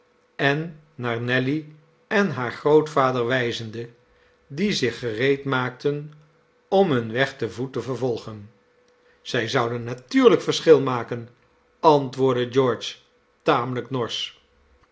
en naar nelly en haar grootvader wijzende die zich gereedmaakten om hun weg te voet te vervolgen zij zouden natuurlijk verschil maken antwoordde george tamelijk norsch